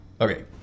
Okay